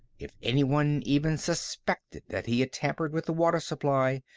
if anyone even suspected that he had tampered with the water supply,